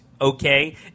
okay